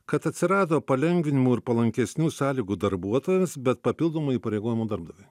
kad atsirado palengvinimų ir palankesnių sąlygų darbuotojams bet papildomų įpareigojimų darbdaviui